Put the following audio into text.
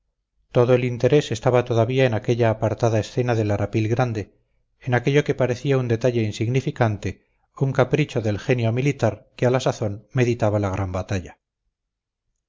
todo el interés estaba todavía en aquella apartada escena del arapil grande en aquello que parecía un detalle insignificante un capricho del genio militar que a la sazón meditaba la gran batalla